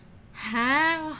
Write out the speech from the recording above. !huh!